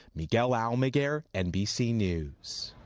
miguel almaguer, nbc news.